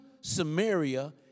Samaria